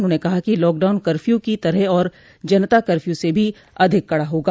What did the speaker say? उन्होंने कहा कि लॉकडाउन कर्फ्यू की तरह और जनता कफ्य से भी अधिक कड़ा होगा